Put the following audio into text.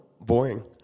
boring